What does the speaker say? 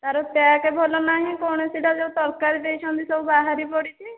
ତା'ର ପ୍ୟାକ୍ ଭଲ ନାହିଁ କୌଣସିଟା ଯେଉଁ ତରକାରି ଦେଇଛନ୍ତି ସବୁ ବାହାରି ପଡ଼ିଛି